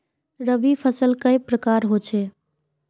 रवि फसल कई प्रकार होचे?